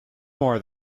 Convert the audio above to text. more